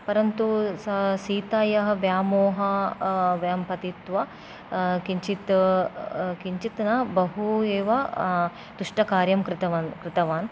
परन्तु सः सीतायाः व्यामोहेन व्यां पतित्वा किञ्चित् किञ्चित् न बहु एव दुष्टकार्यं कृतवा कृतवान्